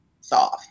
solve